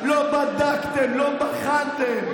איתמר, למה לא לחכות להקמת הממשלה?